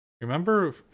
Remember